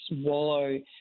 swallow